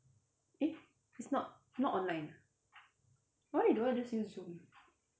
eh is not not online ah why they don't want just use zoom